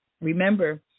Remember